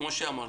כמו שאמרת,